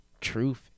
truth